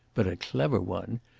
but a clever one.